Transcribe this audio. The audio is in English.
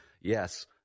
yes